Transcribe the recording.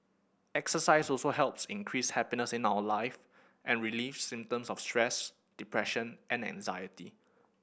exercise also helps increase happiness in our life and relieve symptoms of stress depression and anxiety